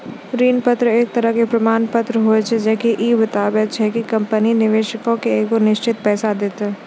ऋण पत्र एक तरहो के प्रमाण पत्र होय छै जे की इ बताबै छै कि कंपनी निवेशको के एगो निश्चित पैसा देतै